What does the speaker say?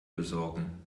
besorgen